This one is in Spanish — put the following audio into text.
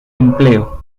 empleo